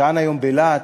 שטען היום בלהט,